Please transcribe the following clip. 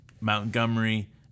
Montgomery